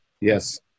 Yes